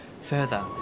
Further